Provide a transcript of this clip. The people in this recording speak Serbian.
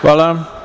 Hvala.